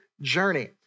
journey